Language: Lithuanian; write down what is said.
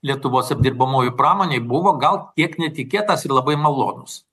lietuvos apdirbamojoj pramonėj buvo gal kiek netikėtas ir labai malonus